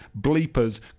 bleepers